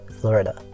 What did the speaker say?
Florida